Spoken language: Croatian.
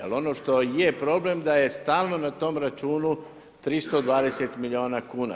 Ali ono što je problem je da je stalno na tom računu 320 milijuna kuna.